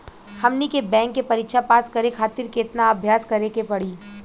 हमनी के बैंक के परीक्षा पास करे खातिर केतना अभ्यास करे के पड़ी?